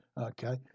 Okay